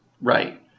Right